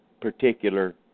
particular